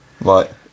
right